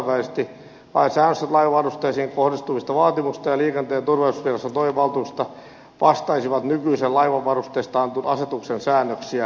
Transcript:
lain säännökset laivavarusteisiin kohdistuvista vaatimuksista ja liikenteen turvallisuusviraston toimivaltuuksista vastaisivat nykyisen laivavarusteista annetun asetuksen säännöksiä